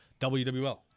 WWL